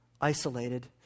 isolated